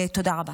תודה רבה.